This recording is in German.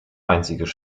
einziges